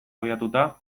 abiatuta